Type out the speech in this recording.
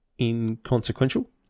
inconsequential